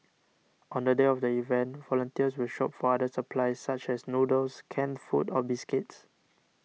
on the day of the event volunteers will shop for other supplies such as noodles canned food or biscuits